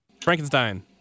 Frankenstein